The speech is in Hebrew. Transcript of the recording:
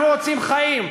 אנחנו רוצים חיים.